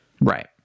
Right